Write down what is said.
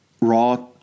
raw